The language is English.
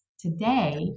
Today